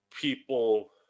people